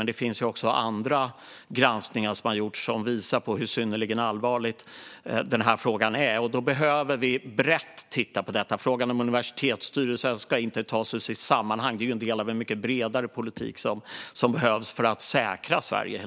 Men det har också gjorts andra granskningar som visar hur synnerligen allvarlig frågan är. Vi behöver titta på det här brett. Frågan om universitetsstyrelser ska inte tas ur sitt sammanhang. Detta är en del av en mycket bredare politik som behövs för att säkra Sverige.